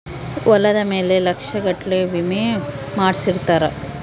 ಹೊಲದ ಮೇಲೆ ಲಕ್ಷ ಗಟ್ಲೇ ವಿಮೆ ಮಾಡ್ಸಿರ್ತಾರ